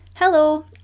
Hello